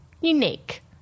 unique